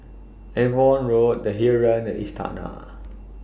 Avon Road The Heeren and Istana